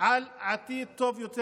על עתיד טוב יותר.